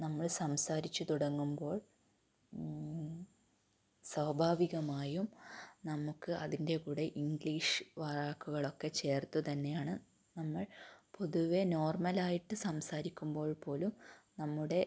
നമ്മൾ സംസാരിച്ച് തുടങ്ങുമ്പോൾ സ്വാഭാവികമായും നമുക്ക് അതിൻ്റെ കൂടെ ഇംഗ്ലീഷ് വാക്കുകളൊക്കെ ചേർത്ത് തന്നെയാണ് നമ്മൾ പൊതുവെ നോർമൽ ആയിട്ട് സംസാരിക്കുമ്പോൾ പോലും നമ്മുടെ